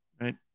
right